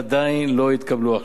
עדיין לא התקבלו החלטות.